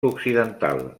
occidental